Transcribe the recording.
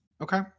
Okay